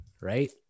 Right